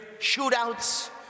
shootouts